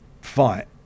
fight